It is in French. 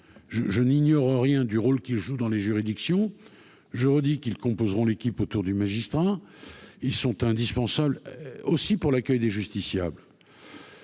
Je n'ignore rien du rôle qu'ils jouent dans les juridictions. Je le redis, ils feront partie de l'équipe autour du magistrat. Ils sont indispensables aussi pour l'accueil des justiciables.